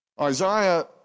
Isaiah